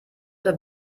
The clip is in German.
oder